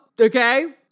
Okay